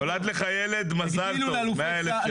נולד לך ילד, מזל טוב, 100,000 שקל.